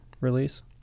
release